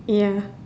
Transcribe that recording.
ya